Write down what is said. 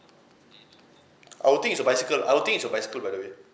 I will think is your bicycle I will think is your bicycle by the way